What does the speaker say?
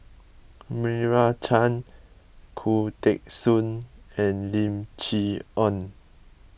Meira Chand Khoo Teng Soon and Lim Chee Onn